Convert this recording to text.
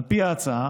על פי ההצעה,